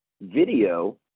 video